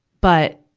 but,